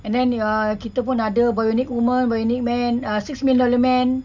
and then the uh kita pun ada bionic woman bionic man ah six million dollar man